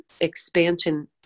expansion